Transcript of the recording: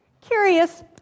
Curious